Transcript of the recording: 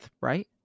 right